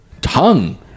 Tongue